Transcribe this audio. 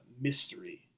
mystery